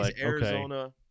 Arizona